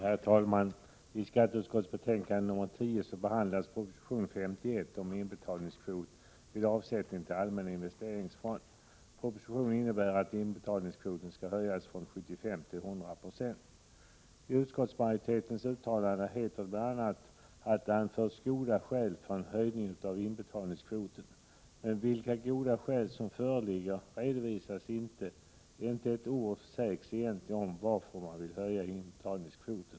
Herr talman! I skatteutskottets betänkande nr 10 behandlas proposition 51 om inbetalningskvoten vid avsättning till allmän investeringsfond. Propositionen innebär att inbetalningskvoten skall höjas från 75 9 till 100 96. I utskottsmajoritetens uttalande heter det bl.a. att det anförts goda skäl för en höjning av inbetalningskvoten. Men vilka goda skäl som föreligger redovisas inte. Inte ett ord sägs egentligen om varför man skall höja inbetalningskvoten.